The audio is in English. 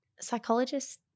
psychologists